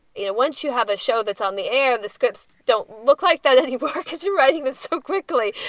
you know, once you have a show that's on the air and the scripts don't look like that anymore because you're writing them so quickly.